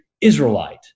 Israelite